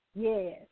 Yes